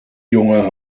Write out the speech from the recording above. jongen